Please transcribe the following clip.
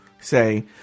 say